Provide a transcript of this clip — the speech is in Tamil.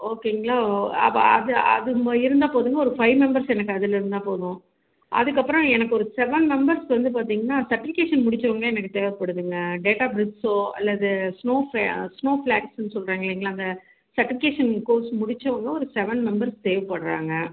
ஓகேங்களா அது அது இருந்த போதுங்க ஒரு ஃபைவ் மெம்பர்ஸ் எனக்கு அதில் இருந்த போதும் அதுக்கு அப்புறோம் எனக்கு ஒரு செவன் மெம்பர்ஸ் வந்து பார்த்தீங்கனா சர்டிஃபிகேசன் முடிச்சவங்க எனக்கு தேவைப்படுதுங்க டேட்டாப்பிர்ஸோ அல்லது ஸ்னோ ஃபெ ஸ்னோஃப்லாக்ஸ்ன்னு சொல்லுறாங்கங்கிலா அந்த சர்டிஃபிகேசன் கோர்ஸ் முடிச்சோங்க ஒரு செவன் மெம்பர்ஸ் தேவைப்படுறாங்க